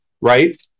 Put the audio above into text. right